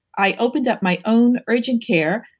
i opened up my own urgent care,